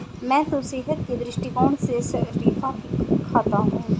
मैं तो सेहत के दृष्टिकोण से शरीफा खाता हूं